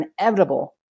inevitable